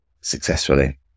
successfully